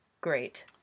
great